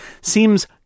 seems